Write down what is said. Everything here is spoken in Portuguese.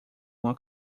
uma